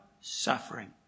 suffering